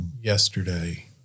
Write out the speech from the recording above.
Yesterday